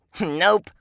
Nope